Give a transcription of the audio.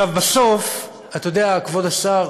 אתה יודע, כבוד השר,